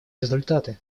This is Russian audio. результаты